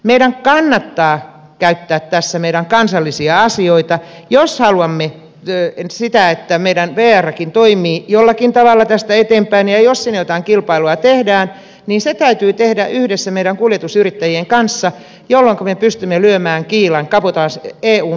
meidän kannattaa käyttää tässä meidän kansallisia asioitamme jos haluamme sitä että meidän vrkin toimii jollakin tavalla tästä eteenpäin ja jos sinne jotain kilpailua tehdään niin se täytyy tehdä yhdessä meidän kuljetusyrittäjien kanssa jolloinka me pystymme lyömään kiilan eun kabotaasiliikenteelle täällä